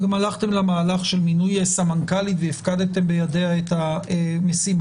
גם הלכתם למהלך של מינוי סמנכ"לית והפקדתם בידיה את המשימה.